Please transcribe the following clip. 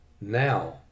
now